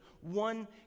one